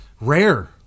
rare